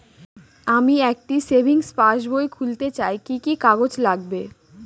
আমি একটি savings passbook খুলতে চাই কি কি কাগজ লাগবে?